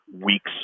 weeks